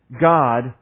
God